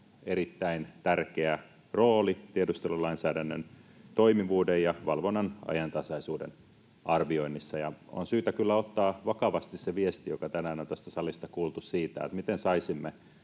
erittäin tärkeä rooli tiedustelulainsäädännön toimivuuden ja valvonnan ajantasaisuuden arvioinnissa. On syytä kyllä ottaa vakavasti se viesti, joka tänään on tästä salista kuultu, että miten saisimme